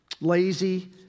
lazy